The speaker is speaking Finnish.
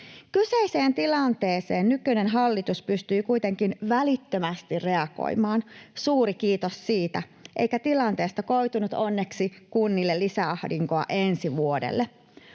Kyseiseen tilanteeseen nykyinen hallitus pystyi kuitenkin välittömästi reagoimaan — suuri kiitos siitä — eikä tilanteesta onneksi koitunut kunnille lisäahdinkoa ensi vuodelle.